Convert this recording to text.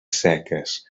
seques